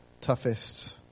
toughest